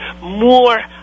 more